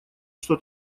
что